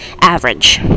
Average